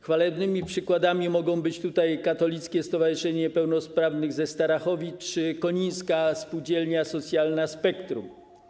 Chwalebnymi przykładami może być Katolickie Stowarzyszenie Niepełnosprawnych ze Starachowic czy Konińska Spółdzielnia Socjalna Spektrum.